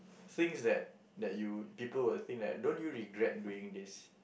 things that that you people would think that don't you regret doing this